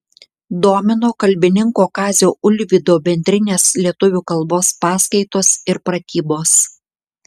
domino kalbininko kazio ulvydo bendrinės lietuvių kalbos paskaitos ir pratybos